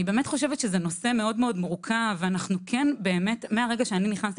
אני חושבת שזה נושא מורכב ומהרגע שאני נכנסתי